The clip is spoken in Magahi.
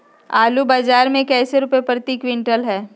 आलू बाजार मे कैसे रुपए प्रति क्विंटल है?